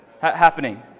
Happening